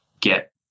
get